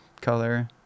color